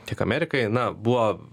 tiek amerikai na buvo